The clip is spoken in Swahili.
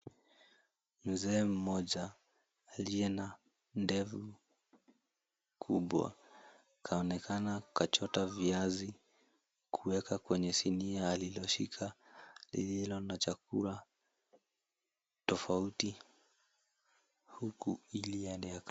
Mzee mmoja aliye na ndevu kubwa kaonekana kachota viazi kuweka kwenye sinia aliloshika lililo na chakula tofauti huku ili aende aka...